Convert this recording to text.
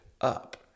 up